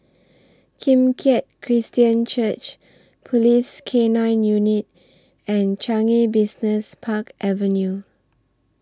Kim Keat Christian Church Police K nine Unit and Changi Business Park Avenue